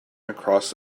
across